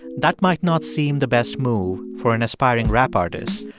that might not seem the best move for an aspiring rap artist.